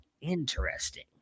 Interesting